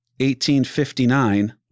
1859